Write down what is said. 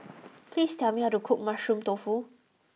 please tell me how to cook Mushroom Tofu